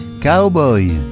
Cowboy